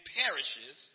perishes